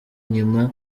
inyuma